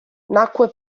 nacque